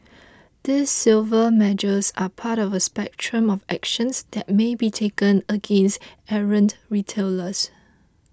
these civil measures are part of a spectrum of actions that may be taken against errant retailers